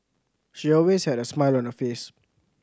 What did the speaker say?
she always had a smile on her face